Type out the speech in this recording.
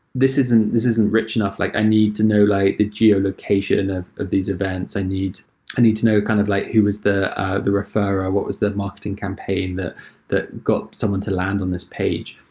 this isn't this isn't rich enough. like i need to know like the geo location of of these events. i need need to know kind of like who was the ah the referral. what was the marketing campaign that got someone to land on this page?